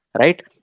right